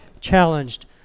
challenged